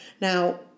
now